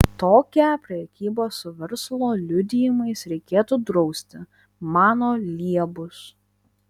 tokią prekybą su verslo liudijimais reikėtų drausti mano liebus